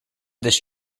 this